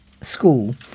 School